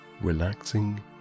relaxing